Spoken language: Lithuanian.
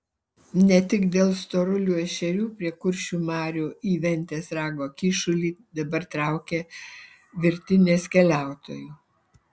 ne tik dėl storulių ešerių prie kuršių marių į ventės rago kyšulį dabar traukia virtinės keliautojų